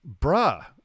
bruh